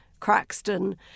Craxton